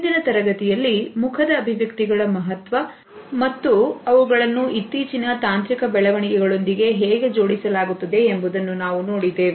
ಹಿಂದಿನ ತರಗತಿಯಲ್ಲಿ ಮುಖದ ಅಭಿವ್ಯಕ್ತಿಗಳ ಮಹತ್ವ ಮತ್ತು ಅವುಗಳನ್ನು ಇತ್ತೀಚಿನ ತಾಂತ್ರಿಕ ಬೆಳವಣಿಗೆಗಳು ಇಂದಿಗೆ ಹೇಗೆ ಜೋಡಿಸಲಾಗುತ್ತದೆ ಎಂಬುದನ್ನು ನಾವು ನೋಡಿದ್ದೇವೆ